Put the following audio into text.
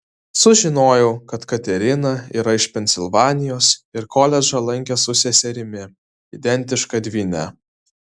sužinojau kad katerina yra iš pensilvanijos ir koledžą lankė su seserimi identiška dvyne